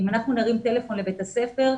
אם אנחנו נרים טלפון לבית הספר,